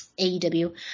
AEW